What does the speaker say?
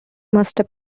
must